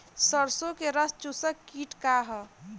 सरसो में रस चुसक किट का ह?